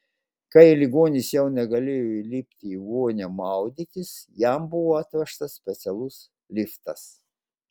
kai ligonis jau negalėjo įlipti į vonią maudytis jam buvo atvežtas specialus liftas